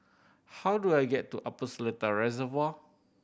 how do I get to Upper Seletar Reservoir